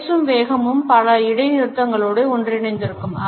பேசும் வேகமும் பல இடைநிறுத்தங்களோடு ஒன்றிணைந்திருக்கும்